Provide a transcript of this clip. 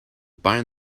bind